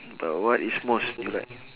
but what is most you like